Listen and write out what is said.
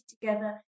together